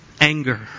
Anger